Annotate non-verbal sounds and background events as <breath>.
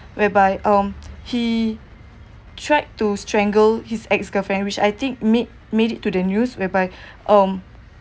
whereby um he tried to strangle his ex-girlfriend which I think made made it to the news whereby <breath> um